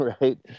right